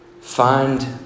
Find